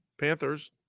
Panthers